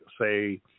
say